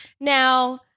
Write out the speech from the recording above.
now